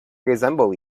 resemble